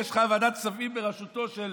יש לך ועדת כספים בראשותו של